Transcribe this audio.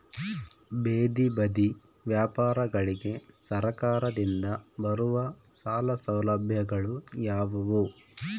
ಬೇದಿ ಬದಿ ವ್ಯಾಪಾರಗಳಿಗೆ ಸರಕಾರದಿಂದ ಬರುವ ಸಾಲ ಸೌಲಭ್ಯಗಳು ಯಾವುವು?